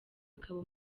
akaba